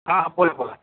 हां बोला बोला